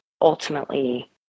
ultimately